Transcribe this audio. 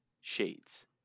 Shades